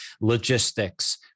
logistics